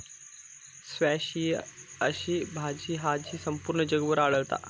squash ही अशी भाजी हा जी संपूर्ण जगभर आढळता